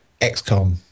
XCOM